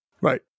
right